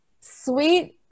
Sweet